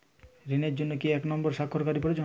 ঋণের জন্য কি একজন স্বাক্ষরকারী প্রয়োজন?